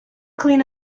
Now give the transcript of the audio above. clean